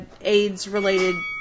AIDS-related